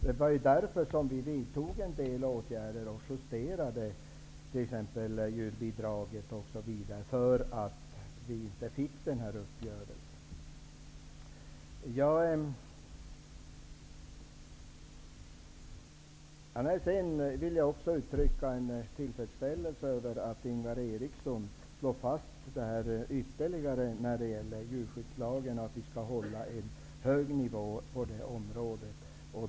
Anledningen till att vi vidtog en del åtgärder och justerade t.ex. djurbidraget var ju att vi inte fick till stånd den uppgörelsen. Jag vill sedan uttrycka tillfredsställelse över att Ingvar Eriksson ytterligare en gång slår fast att vi skall hålla en hög nivå på djurskyddsområdet.